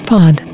Pod